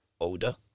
Odor